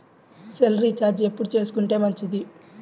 Cell recharge ఎప్పుడు చేసుకొంటే మంచిది?